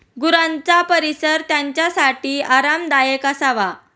गुरांचा परिसर त्यांच्यासाठी आरामदायक असावा